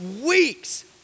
weeks